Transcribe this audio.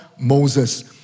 Moses